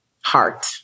heart